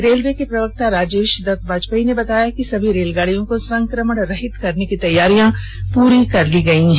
railway के प्रवक्ता राजेश दत्त बाजपेयी ने बताया है कि सभी रेलगाड़ियों को संक्रमण रहित करने की तैयारियां पूरी कर ली गईं हैं